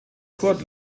kurt